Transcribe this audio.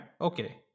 Okay